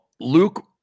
Luke